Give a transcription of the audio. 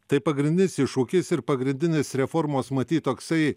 tai pagrindinis iššūkis ir pagrindinis reformos matyt toksai